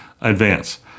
advance